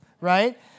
right